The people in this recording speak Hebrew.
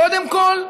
קודם כול,